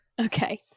okay